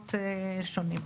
במקומות שונים.